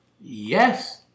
Yes